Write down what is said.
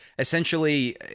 essentially